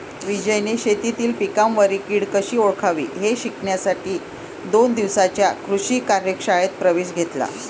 विजयने शेतीतील पिकांवरील कीड कशी ओळखावी हे शिकण्यासाठी दोन दिवसांच्या कृषी कार्यशाळेत प्रवेश घेतला